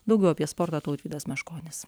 daugiau apie sportą tautvydas meškonis